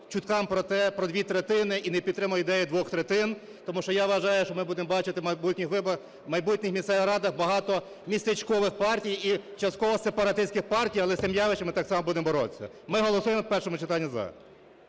чутки про дві третини і не підтримує ідею двох третин, тому що я вважаю, що ми будемо бачити в майбутніх місцевих радах багато містечкових партій, і частково сепаратистських партій. Але з цим явищем ми так само будемо боротися. Ми голосуємо в першому читанні "за".